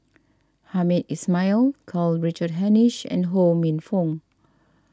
Hamed Ismail Karl Richard Hanitsch and Ho Minfong